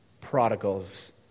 prodigals